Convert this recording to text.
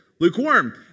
lukewarm